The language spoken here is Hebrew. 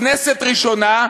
כנסת ראשונה,